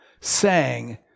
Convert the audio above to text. sang